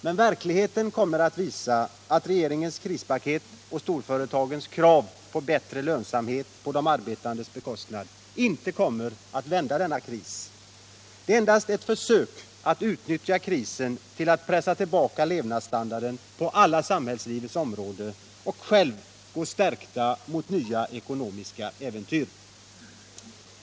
Men verkligheten kommer att visa att regeringens krispaket och storföretagens krav på bättre lönsamhet på de arbetandes bekostnad inte kommer att avhjälpa denna kris. Detta är endast ett försök att utnyttja krisen för att pressa ned levnadsstandarden på alla samhällslivets områden och för att man själv skall kunna gå stärkt mot nya ekonomiska äventyr.